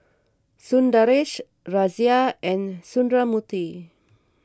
Sundaresh Razia and Sundramoorthy